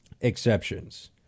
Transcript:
exceptions